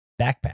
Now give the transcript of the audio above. backpack